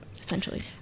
essentially